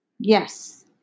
yes